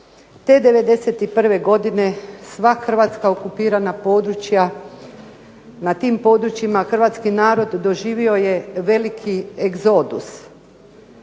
Te '91. godine sva hrvatska okupirana područja na tim područjima hrvatski narod doživio je veliki egzodus,